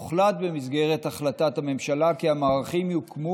הוחלט במסגרת החלטת הממשלה כי המערכים יוקמו